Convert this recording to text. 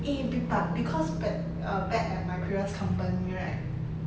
eh b~ but because ba~ uh back at my previous company right